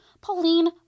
Pauline